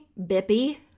Bippy